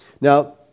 Now